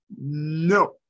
no